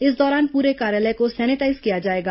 इस दौरान पूरे कार्यालय को सैनिटाईज किया जाएगा